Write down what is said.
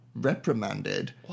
reprimanded